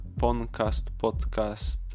podcastpodcast